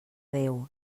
déu